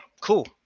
cool